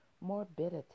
morbidity